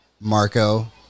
Marco